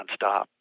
nonstop